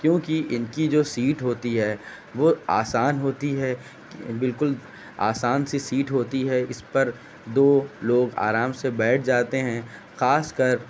کیونکہ ان کی جو سیٹ ہوتی ہے وہ آسان ہوتی ہے بالکل آسان سی سیٹ ہوتی ہے اس پر دو لوگ آرام سے بیٹھ جاتے ہیں خاص کر